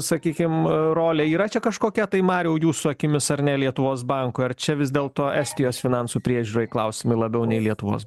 sakykim rolė yra čia kažkokia tai mariau jūsų akimis ar ne lietuvos bankui ar čia vis dėlto estijos finansų priežiūrai klausimai labiau nei lietuvos